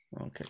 Okay